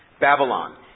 Babylon